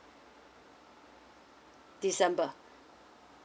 december